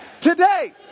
Today